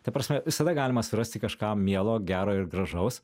ta prasme visada galima surasti kažką mielo gero ir gražaus